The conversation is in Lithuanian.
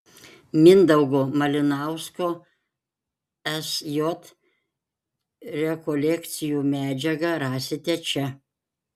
mindaugo malinausko sj rekolekcijų medžiagą rasite čia